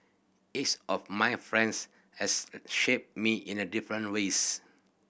each of my a friends has a shaped me in the different ways